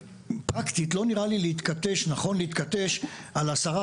פרקטית לא נראה לי נכון להתכתש על 10,